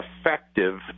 effective